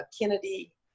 kennedy